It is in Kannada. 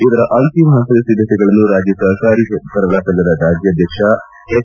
ಇದರ ಅಂತಿಮ ಹಂತದ ಸಿದ್ಧತೆಗಳನ್ನು ರಾಜ್ಯ ಸರಕಾರಿ ನೌಕರರ ಸಂಘದ ರಾಜ್ಯಾಧ್ಯಕ್ಷ ಎಚ್